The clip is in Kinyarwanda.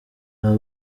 aba